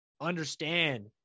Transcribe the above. understand